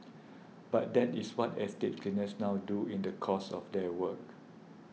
but that is what estate cleaners now do in the course of their work